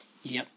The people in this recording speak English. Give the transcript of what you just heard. yeah